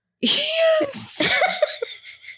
Yes